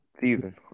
season